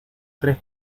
tres